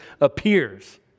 appears